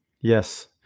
Yes